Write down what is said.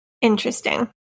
Interesting